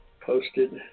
posted